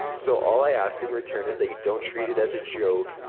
so all i ask in return is that you don't treat it as a joke.